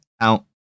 out